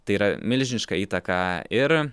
tai yra milžiniška įtaka ir